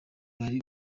bari